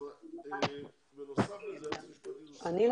היו עוד שני תיקונים שהיועצת